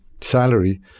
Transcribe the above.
salary